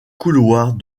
couloirs